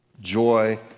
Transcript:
joy